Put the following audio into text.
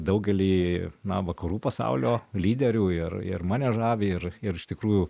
daugelį na vakarų pasaulio lyderių ir ir mane žavi ir ir iš tikrųjų